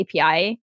API